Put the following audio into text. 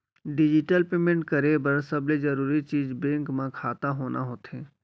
digital payment करे बर सबले जरूरी चीज बेंक म खाता होना होथे